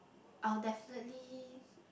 I'll definitely